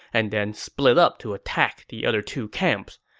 and then split up to attack the other two camps.